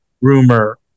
rumor